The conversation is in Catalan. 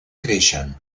creixen